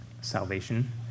Salvation